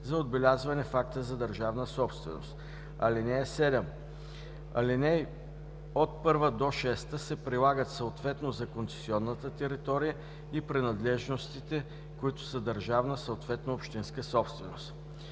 за отбелязване в акта за държавна собственост. (7) Алинеи 1-6 се прилагат съответно за концесионната територия и принадлежностите, които са държавна, съответно общинска собственост.“